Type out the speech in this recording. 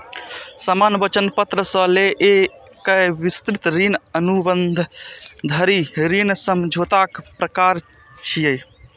सामान्य वचन पत्र सं लए कए विस्तृत ऋण अनुबंध धरि ऋण समझौताक प्रकार छियै